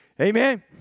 Amen